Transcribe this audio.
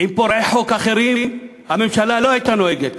עם פורעי חוק אחרים הממשלה לא הייתה נוהגת כך.